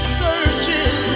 searching